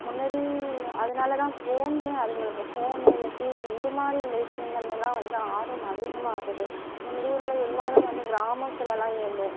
முன்னாடி அதனால் தான் ஃபோனுமே அதுங்களுக்கு ஃபோன்னு இல்லை டிவி இதுமாதிரி உள்ள விஷயங்கள்லல்லாம் வந்து ஆர்வம் அதிகமாகுது முன்னாடி உள்ள எல்லாரும் வந்து கிராமத்துலலாம் இருந்தோம்